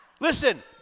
Listen